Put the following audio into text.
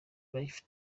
life